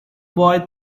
boy